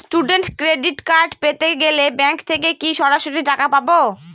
Student credit card পেতে গেলে bank থেকে কি সরাসরি টাকা পাবো?